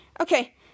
okay